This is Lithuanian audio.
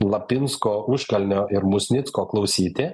lapinsko užkalnio ir musnicko klausyti